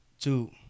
two